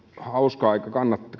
hauskaa eikä